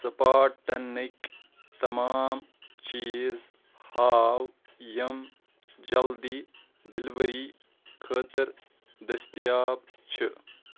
سٕپاٹَنٕکۍ تمام چیٖز ہاو یِم جلدی ڈِلؤری خٲطٕر دٔستیاب چھِ